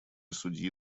судьи